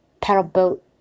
paddle-boat